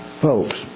Folks